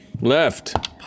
left